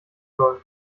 soll